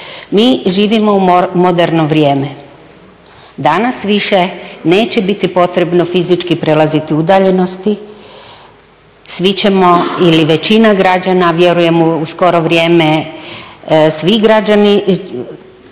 Mi živimo u moderno vrijeme, danas više neće biti potrebno fizički prelaziti udaljenosti, svi ćemo ili većina građana vjerujem u skoro vrijeme, svi građani